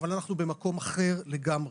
אבל אנחנו במקום אחר לגמרי.